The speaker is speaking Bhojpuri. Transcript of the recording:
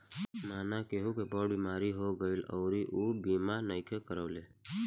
मानल केहु के बड़ बीमारी हो गईल अउरी ऊ बीमा नइखे करवले